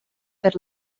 per